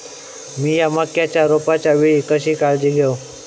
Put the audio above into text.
मीया मक्याच्या रोपाच्या वेळी कशी काळजी घेव?